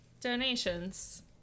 donations